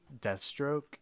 Deathstroke